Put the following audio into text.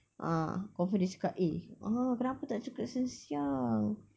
ah confirm dia cakap eh !huh! kenapa tak cakap siang-siang